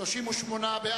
02, הכנסת, לא נתקבלו.